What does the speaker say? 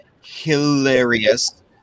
hilarious